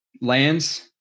lands